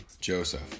Joseph